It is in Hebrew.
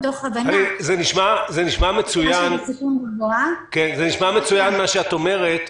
מתוך הבנה -- זה נשמע מצוין מה שאת אומרת,